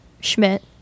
Schmidt